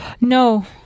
No